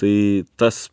tai tas